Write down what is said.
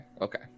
okay